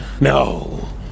No